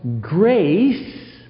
grace